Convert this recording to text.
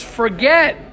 forget